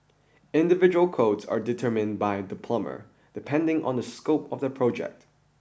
individual quotes are determined by the plumber depending on the scope of the project